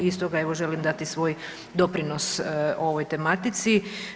I stoga evo želim dati svoj doprinos ovoj tematici.